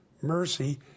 mercy